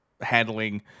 handling